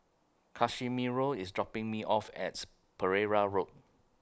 Casimiro IS dropping Me off At Pereira Road